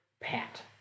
pat